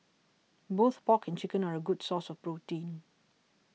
both pork and chicken are a good source of protein